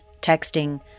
texting